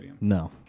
No